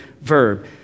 verb